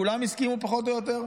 כולם הסכימו פחות או יותר,